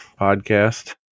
Podcast